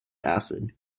acid